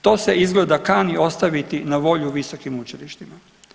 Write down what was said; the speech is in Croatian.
To se izgleda kani ostaviti na volju visokim učilištima.